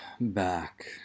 back